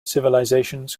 civilisations